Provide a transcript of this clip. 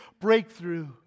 breakthrough